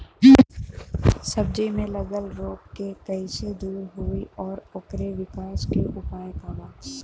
सब्जी में लगल रोग के कइसे दूर होयी और ओकरे विकास के उपाय का बा?